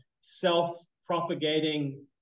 self-propagating